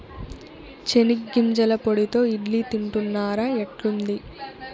చెనిగ్గింజల పొడితో ఇడ్లీ తింటున్నారా, ఎట్లుంది